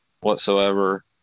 whatsoever